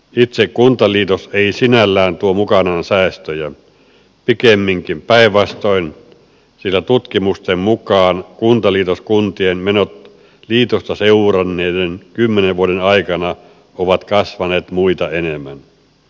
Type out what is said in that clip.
itse kuntaliitos ei sinällään tuo mukanaan säästöjä pikemminkin päinvastoin sillä tutkimusten mukaan kuntaliitoskuntien menot liitosta seuranneiden kymmenen vuoden aikana ovat kasvaneet muita enemmän